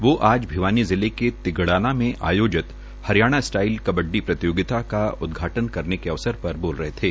वो आज भिवानी जिले के तिगड़ाना में आयोजित हरियाणा स्टाइल कबड़डी प्रतियोगिता का उदघाटन करने के अवसर पर बोल रहे थे